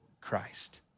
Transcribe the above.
Christ